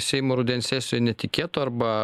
seimo rudens sesijoj netikėto arba